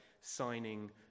signing